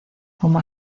como